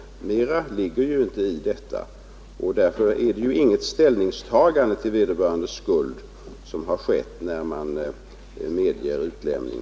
Mera ligger inte i detta. Därför är det inte något ställningstagande till vederbörandes skuld som har skett när man medger utlämning.